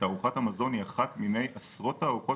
תערוכת המזון היא אחת מני עשרות תערוכות